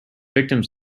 victims